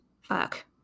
Fuck